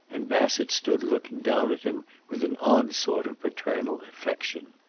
and bassett stood looking down at him with an odd sort of paternal affection.